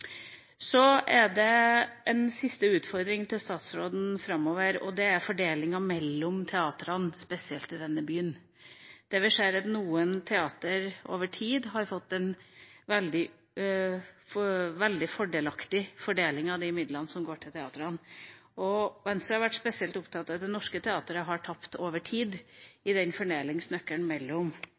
Så er det en siste utfordring til statsråden framover, og det er fordelinga mellom teatrene, spesielt i denne byen, der vi ser at noen teater over tid har fått en veldig fordelaktig fordeling av de midlene som går til teatrene. Venstre har vært spesielt opptatt av at Det Norske Teatret har tapt over tid i den fordelingsnøkkelen mellom